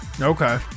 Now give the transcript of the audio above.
Okay